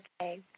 Okay